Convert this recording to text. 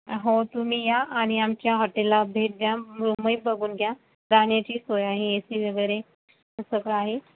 अं हो तुम्ही या आणि आमच्या हॉटेलला भेट द्या रूमही बघून घ्या राहण्याची सोय आहे ए सी वगैरे सगळं आहे